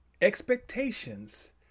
expectations